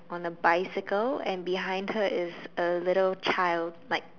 on a bicycle and behind her is a little child like